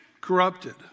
corrupted